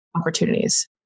opportunities